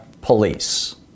police